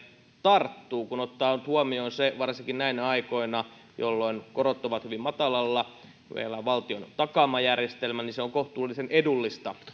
tarttuu kun ottaa huomioon sen varsinkin näinä aikoina jolloin korot ovat hyvin matalalla että meillä on valtion takaama järjestelmä joten se on kohtuullisen edullista